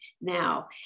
now